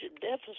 deficit